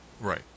Right